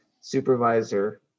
supervisor